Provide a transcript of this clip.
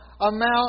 amount